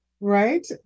Right